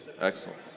Excellent